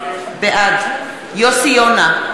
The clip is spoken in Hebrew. בעד יוסי יונה,